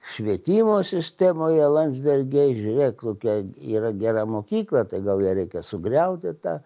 švietimo sistemoje landsbergiai žiūrėk kokia yra gera mokykla tai gal ją reikia sugriauti tą